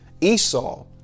Esau